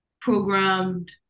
programmed